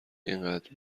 اینقدر